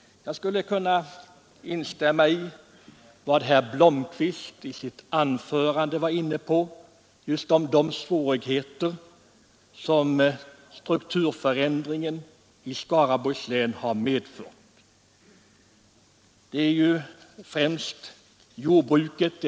Jag skulle kunna instämma i vad herr Blomkvist var inne på i sitt anförande om de svårigheter som strukturförändringen i Skaraborgs län har medfört. Det är ju främst fråga om jordbruket.